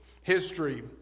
history